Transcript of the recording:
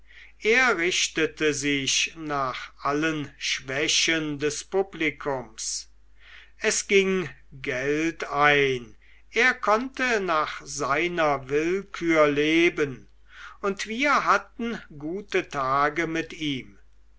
er richtete sich nach allen schwächen des publikums es ging geld ein er konnte nach seiner willkür leben und wir hatten gute tage mit ihm